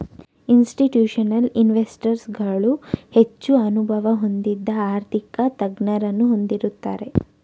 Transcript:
institutional investors ಗಳು ಹೆಚ್ಚು ಅನುಭವ ಹೊಂದಿದ ಆರ್ಥಿಕ ತಜ್ಞರನ್ನು ಹೊಂದಿರುತ್ತದೆ